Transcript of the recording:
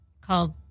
called